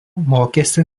mokėsi